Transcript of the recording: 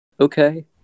okay